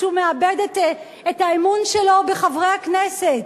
כשהוא מאבד את האמון שלו בחברי הכנסת.